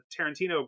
Tarantino